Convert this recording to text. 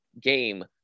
game